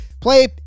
Play